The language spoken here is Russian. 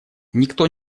никто